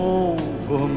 over